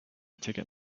ticket